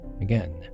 Again